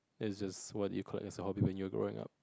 it's just what you collect as a hobby when you were growing up